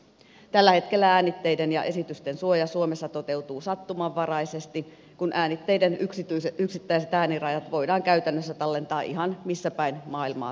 tällä hetkellä äänitteiden ja esitysten suoja suomessa toteutuu sattumanvaraisesti kun äänitteiden yksittäiset ääniraidat voidaan käytännössä tallentaa ihan missä päin maailmaa tahansa